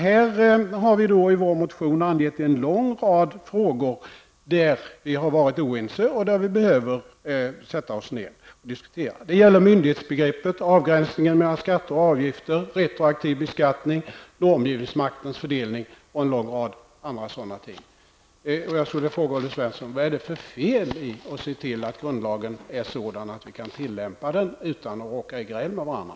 I vår motion har vi angett en lång rad frågor där vi har varit oense och där vi behöver sätta oss ned och diskutera. Det gäller myndighetsbegreppet, avgränsningen mellan skatter och avgifter, retroaktiv beskattning, normgivningsmaktens fördelning och en långa rad andra sådana frågor. Jag skulle vilja fråga Olle Svensson: Vad är det för fel att se till att grundlagen är sådan att vi kan tillämpa den utan att råka i gräl med varandra?